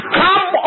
come